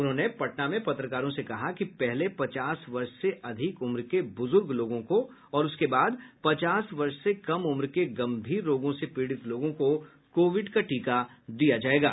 उन्होंने पटना में पत्रकारों से कहा कि पहले पचास वर्ष से अधिक उम्र के बुजूर्ग लोगों को और उसके बाद पचास वर्ष से कम उम्र के गम्भीर रोगों से पीड़ित लोगों को कोविड का टीका दिया जायेगा